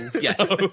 Yes